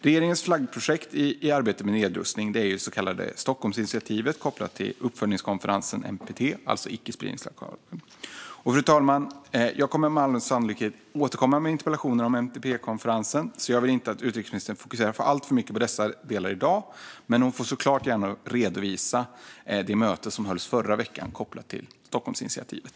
Regeringens flaggskepp i arbetet med nedrustning är det så kallade Stockholmsinitiativet kopplat till uppföljningskonferensen för NPT, alltså icke-spridningsavtalet. Fru talman! Jag kommer med all sannolikhet att återkomma med interpellationer om NPT-konferensen, så jag vill inte att utrikesministern fokuserar alltför mycket på dessa delar i dag. Men hon får såklart gärna redogöra för det möte som hölls i förra veckan med anledning av Stockholmsinitiativet.